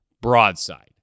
Broadside